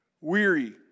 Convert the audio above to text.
weary